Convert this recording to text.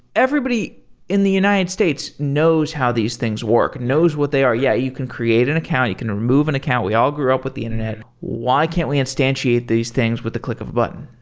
everybody in the united states knows how these things work, knows what they are. yeah, you can create an account. you can remove an account. we all grew up with the internet. why can't we instantiate these things with the click of a button?